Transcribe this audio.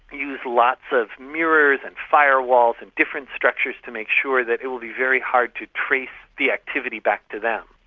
use lots of mirrors and firewalls and different structures to make sure that it will be very hard to trace the activity back to them.